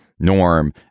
norm